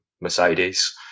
Mercedes